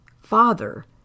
Father